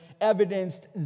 evidenced